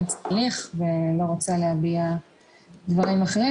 הסברתי ואני אסביר בפעם השלישית כי זה, כנראה,